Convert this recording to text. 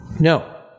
No